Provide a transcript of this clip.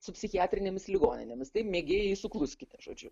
su psichiatrinėmis ligoninėmis tai mėgėjai sukluskite žodžiu